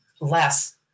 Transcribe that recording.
less